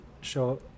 show